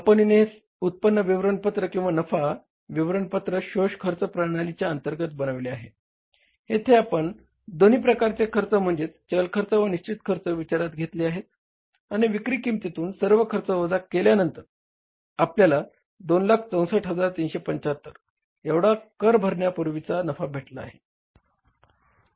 कंपनीने हे उत्पन्न विवरणपत्र किंवा नफा विवरणपत्र शोष खर्च प्रणालीच्या अंतर्गत बनविले आहे जेथे आपण दोन्ही प्रकारचे खर्च म्हणजेच चल खर्च व निश्चित खर्च विचारात घेतले आहेत आणि विक्री किंमतीतून सर्व खर्च वजा केल्यानंतर आपल्याला 264375 एवढा कर भरण्यापूर्वीचा नफा भेटला आहे